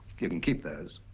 you can keep those.